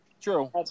True